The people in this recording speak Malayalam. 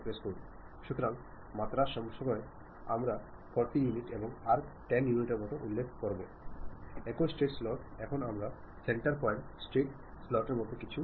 ആശയവിനിമയം നടത്തുമ്പോൾ നമ്മൾക്ക് ചില റോളുകൾ ഉണ്ട് ചിലപ്പോൾ നിങ്ങൾ അയച്ചയാളോ അല്ലെങ്കിൽ അതിന്റെ ഉറവിടമോ ആയിരിക്കും